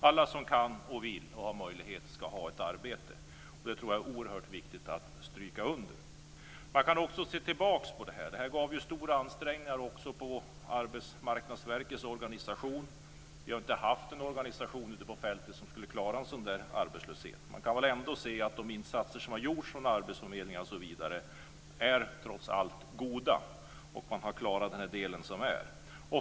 Alla som kan, vill och har möjlighet ska ha ett arbete. Det tror jag är oerhört viktigt att stryka under. Man kan se tillbaka även på det här. Det innebar stora ansträngningar också på Arbetsmarknadsverkets organisation. Vi har inte haft en organisation ute på fältet som skulle klara en sådan arbetslöshet. Man kan ändå se att de insatser som har gjorts av arbetsförmedlingar m.fl. trots allt har varit goda. Man har klarat sin del.